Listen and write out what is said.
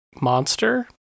monster